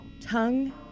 Tongue